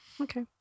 Okay